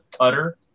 cutter